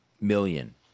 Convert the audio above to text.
million